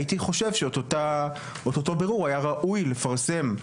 הייתי חושב שאת אותו בירור היה ראוי לפרסם.